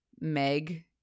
Meg